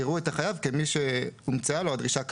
יראו את החייב כמי שהומצאה לו הדרישה כדין.